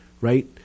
right